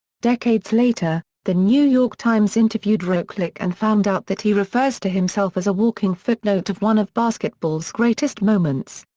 decades later, the new york times interviewed ruklick and found out that he refers to himself as a walking footnote of one of basketball's greatest moments.